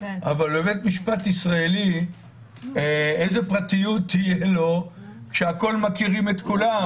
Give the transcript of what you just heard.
אבל בבית משפט ישראלי איזו פרטיות תהיה לו כשכולם מכירים את כולם?